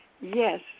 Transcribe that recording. Yes